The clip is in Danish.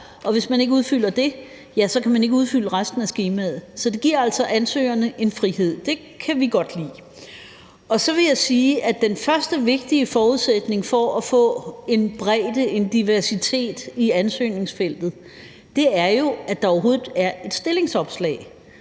og hvis man ikke udfylder det, kan man ikke udfylde resten af skemaet. Så det giver altså ansøgerne en frihed. Det kan vi godt lide. Så vil jeg sige, at den første vigtige forudsætning for at få en bredde, en diversitet, i ansøgerfeltet jo er, at der overhovedet er et stillingsopslag.